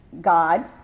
God